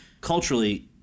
culturally